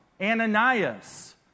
Ananias